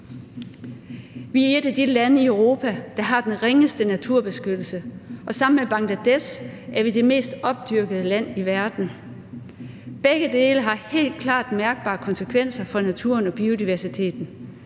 Vi er et af de lande i Europa, der har den ringeste naturbeskyttelse, og sammen med Bangladesh er vi det mest opdyrkede land i verden. Begge dele har helt klart mærkbare konsekvenser for naturen og biodiversiteten.